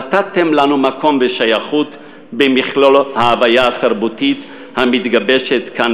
נתתם לנו מקום ושייכות במכלול ההוויה התרבותית המתגבשת כאן,